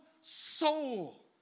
soul